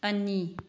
ꯑꯅꯤ